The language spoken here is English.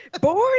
born